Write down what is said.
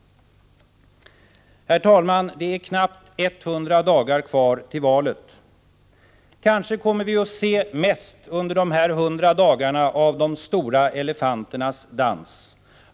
Herr talman! Det återstår knappt 100 dagar till valet. Kanske kommer vi under dessa 100 dagar att se mest av de stora elefanternas dans.